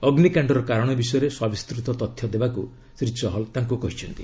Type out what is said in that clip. ଅଗ୍ନିକାଶ୍ଡର କାରଣ ବିଷୟରେ ସବିସ୍ତୃତ ତଥ୍ୟ ଦେବାକୁ ଶ୍ରୀ ଚହଲ ତାଙ୍କୁ କହିଛନ୍ତି